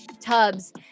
tubs